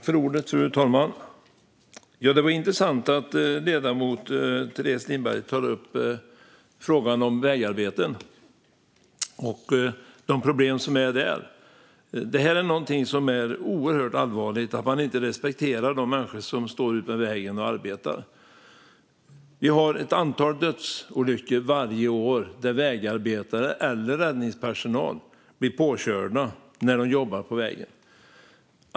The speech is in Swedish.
Fru talman! Det var intressant att ledamoten Teres Lindberg tog upp frågan om vägarbeten och de problem som finns där. Det är oerhört allvarligt att man inte respekterar de människor som arbetar utmed vägarna. Vi har ett antal dödsolyckor varje år på grund av att vägarbetare eller räddningspersonal blir påkörda när de jobbar på vägen.